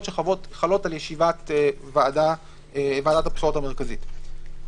שחלות את ישיבת ועדת הבחירות המרכזית.